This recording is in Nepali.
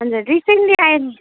हजुर रिसेन्टली